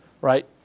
right